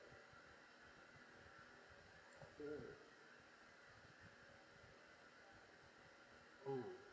mm mm